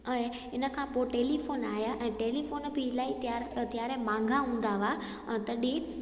ऐं हिन खां पोइ टेलीफ़ोन आहियां ऐं टेलीफ़ोन बि इलाही त्यार त्यारे महांगा हूंदा हुआ तॾहिं